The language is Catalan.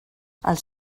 els